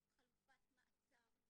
חלופת מעצר.